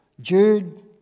Jude